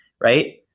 right